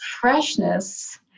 freshness